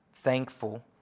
Thankful